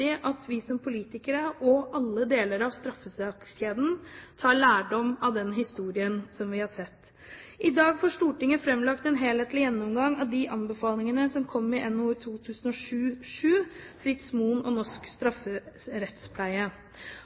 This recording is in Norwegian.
at vi som politikere og alle deler av straffesakskjeden tar lærdom av den historien som vi har sett. I dag får Stortinget framlagt en helhetlig gjennomgang av de anbefalingene som kom i NOU 2007:7 Fritz Moen og norsk strafferettspleie.